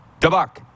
DeBuck